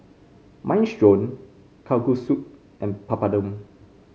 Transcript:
Minestrone Kalguksu and Papadum